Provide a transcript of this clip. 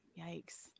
Yikes